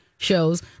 shows